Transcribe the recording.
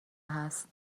هست